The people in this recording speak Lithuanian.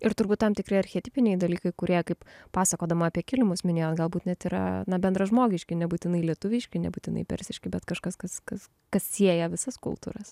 ir turbūt tam tikri archetipiniai dalykai kurie kaip pasakodama apie kilimus minėjo galbūt net yra bendražmogiški nebūtinai lietuviški nebūtinai persiški bet kažkas kas kas kas sieja visas kultūras